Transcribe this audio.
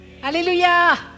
Hallelujah